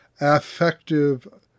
affective